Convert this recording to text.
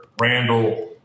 Randall